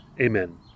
Amen